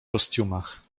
kostiumach